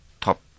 top